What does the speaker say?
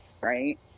right